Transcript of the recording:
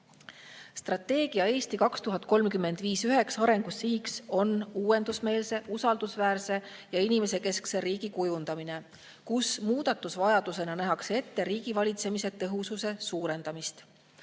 Strateegia "Eesti 2035" üks arengusiht on uuendusmeelse, usaldusväärse ja inimesekeskse riigi kujundamine, kus muudatusvajadusena nähakse ette riigivalitsemise tõhususe suurendamist.